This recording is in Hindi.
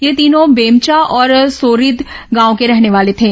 ये तीनों बेमचा और सोरिद गांव के रहने वाले थे